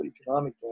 economic